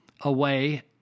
away